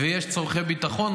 ויש צורכי ביטחון.